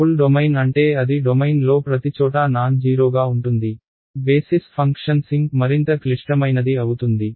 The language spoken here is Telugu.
ఫుల్ డొమైన్ అంటే అది డొమైన్లో ప్రతిచోటా నాన్జీరోగా ఉంటుంది బేసిస్ ఫంక్షన్ సింక్ మరింత క్లిష్టమైనది అవుతుంది